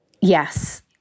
yes